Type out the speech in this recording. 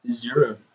Zero